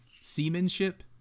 seamanship